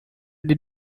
did